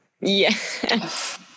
Yes